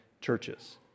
churches